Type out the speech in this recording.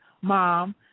mom